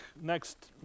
next